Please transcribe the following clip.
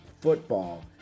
Football